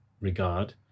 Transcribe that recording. regard